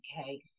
Okay